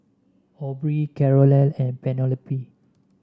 Aubrie Carole and Penelope